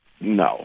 No